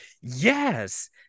yes